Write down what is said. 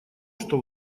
что